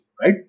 right